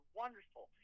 wonderful